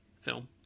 film